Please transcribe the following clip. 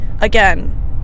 again